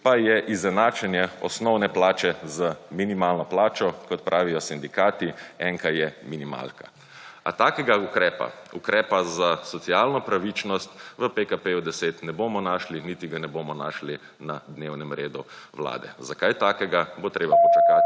pa je izenačenje osnovne plače z minimalno plačo kot pravijo sindikati, enkra je minimalka. A takega ukrepa, ukrepa za socialno pravičnost v PKP 10 ne bomo našli niti ga ne bomo našli na dnevnem redu Vlade. Za kaj takega bo treba počakati